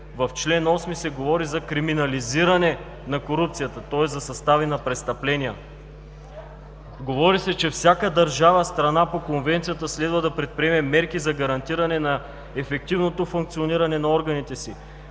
В чл. 8 се говори за криминализиране на корупцията, тоест за състави на престъпления. Говори се, че всяка държава – страна по Конвенцията, следва да предприеме мерки за гарантиране на ефективното функциониране на органите си